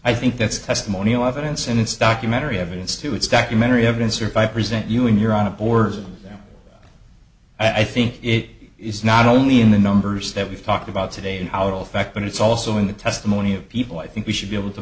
i think that's testimonial evidence and it's documentary evidence to it's documentary evidence or by present you when you're on a board now i think it is not only in the numbers that we've talked about today in our all fact but it's also in the testimony of people i think we should be able to